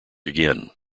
again